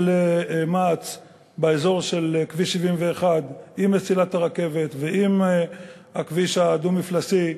מע"צ באזור של כביש 71 עם מסילת הרכבת ועם הכביש הדו-מפלסי,